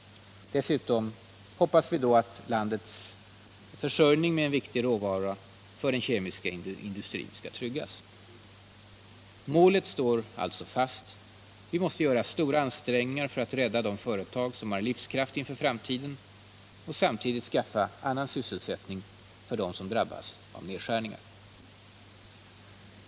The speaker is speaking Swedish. Dessutom hoppas vi att landets försörjning med en viktig råvara för den kemiska industrin skall tryggas. Målet står fast: vi måste göra stora ansträngningar för att rädda de företag som har livskraft inför framtiden och samtidigt skaffa annan sysselsättning för dem som drabbas av nedskärningar.